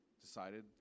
decided